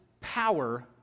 power